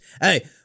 Hey